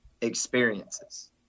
experiences